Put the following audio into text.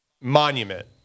monument